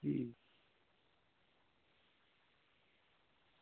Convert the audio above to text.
ᱦᱩᱸ